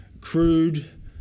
crude